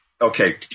Okay